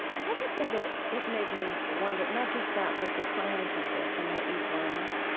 another thing that it it made me wonder not just that, but the science of this and what you've learned,